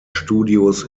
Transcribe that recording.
studios